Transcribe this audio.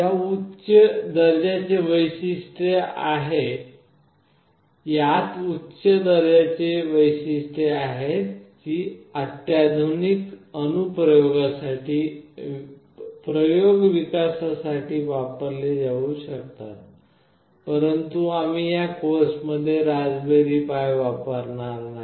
यात उच्च दर्जाचे वैशिष्ट्ये आहेत जी अत्याधुनिक अनु प्रयोग विकासासाठी वापरली जाऊ शकतात परंतु आम्ही या कोर्समध्ये Raspberry Pi वापरणार नाही